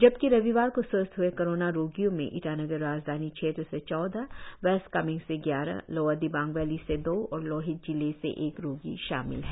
जबकि रविवार को स्वस्थ हए कोरोना रोगियों में ईटानगर राजधानी क्षेत्र से चौदह वेस्ट कार्मेंग से ग्यारह लोअर दिबांग वैली से दो और लोहित जिले से एक रोगी शामिल है